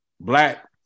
Black